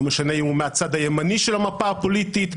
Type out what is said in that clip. לא משנה אם הוא מהצד הימני של המפה הפוליטית,